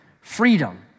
freedom